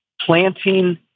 Planting